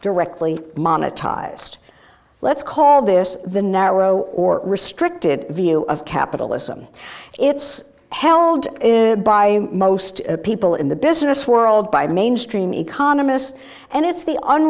monetized let's call this the narrow or restricted view of capitalism it's held by most people in the business world by mainstream economists and it's the on